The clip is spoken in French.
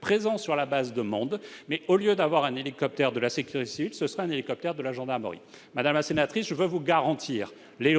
prévus, sur la base de Mende. Au lieu d'un hélicoptère de la sécurité civile, ce sera un hélicoptère de la gendarmerie. Madame la sénatrice, je puis vous garantir que l'élu